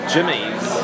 Jimmy's